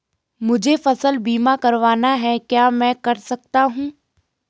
मुझे फसल बीमा करवाना है क्या मैं कर सकता हूँ?